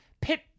pit